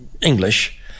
English